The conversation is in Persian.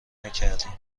نکردیم